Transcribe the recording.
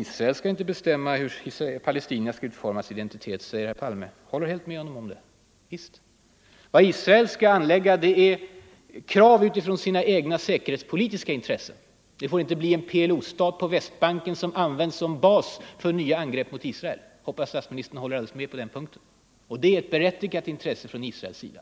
Israel skall inte bestämma hur palestinierna skall utforma sin identitet, säger herr Palme. Jag håller helt med honom om det. Vad Israel skall anlägga är krav utifrån sina egna säkerhetspolitiska intressen. Det får ju inte bli en PLO-stat på Västbanken som används som bas för nya angrepp mot Israel. Jag hoppas att statsministern helt håller med mig på den punkten. Detta är självfallet ett legitimt intresse från Israels sida.